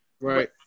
Right